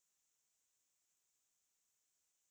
when the demand increases